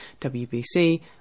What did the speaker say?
WBC